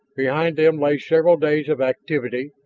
behind them lay several days of activity,